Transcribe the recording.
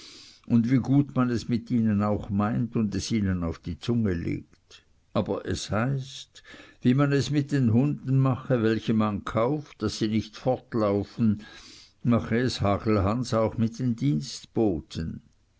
und wie gut man es mit ihnen auch meint und es ihnen auf die zunge legt aber es heißt wie man es mit den hunden mache welche man kauft daß sie nicht fortlaufen mache es hagelhans auch mit den dienstboten